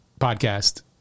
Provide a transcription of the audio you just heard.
podcast